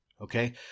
Okay